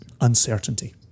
uncertainty